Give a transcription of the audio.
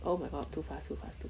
oh my god too fast too fast too